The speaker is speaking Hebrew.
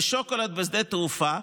ושוקולד בשדה התעופה.